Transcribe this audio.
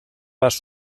parts